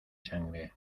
sangre